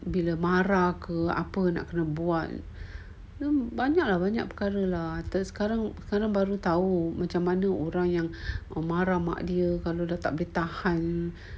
bila marah ke apa ke kena buat banyak lah banyak lah kalau lah sekarang baru tahu mana orang yang marah mak dia kalau dah tak boleh tahan um